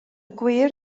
gwir